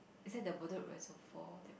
inside the bedok Reservoir the